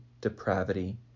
depravity